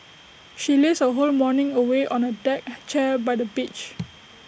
she lazed her whole morning away on A deck chair by the beach